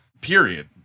period